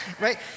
right